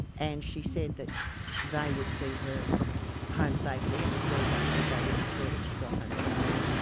and she said that they would see her home safely, and indeed they said they would ensure that she got home safely.